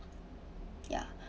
ya